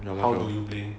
how do you play